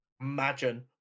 Imagine